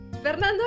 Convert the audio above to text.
Fernando